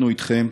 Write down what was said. אנחנו איתכם.